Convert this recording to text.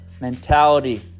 mentality